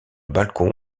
balcon